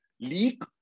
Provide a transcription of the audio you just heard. leak